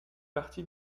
partie